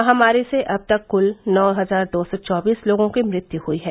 महामारी से अब तक कुल नौ हजार दो सौ चौबीस लोगों की मृत्यु हुई है